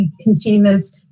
consumers